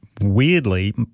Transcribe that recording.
weirdly